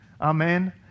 Amen